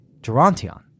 Gerontion